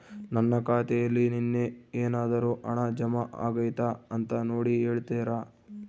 ನನ್ನ ಖಾತೆಯಲ್ಲಿ ನಿನ್ನೆ ಏನಾದರೂ ಹಣ ಜಮಾ ಆಗೈತಾ ಅಂತ ನೋಡಿ ಹೇಳ್ತೇರಾ?